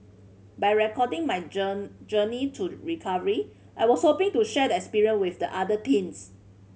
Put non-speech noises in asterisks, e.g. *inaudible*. by recording my *unintelligible* journey to recovery I was hoping to share the experience with other teens